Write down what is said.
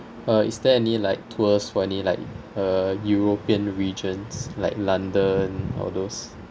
uh is there any like tours for any like uh european regions like london all those